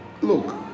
look